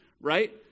Right